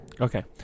Okay